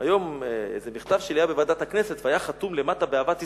היום איזה מכתב שלי היה בוועדת הכנסת והיה חתום למטה "באהבת ישראל".